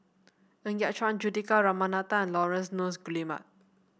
Ng Yat Chuan Juthika Ramanathan Laurence Nunns Guillemard